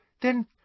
Then